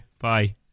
bye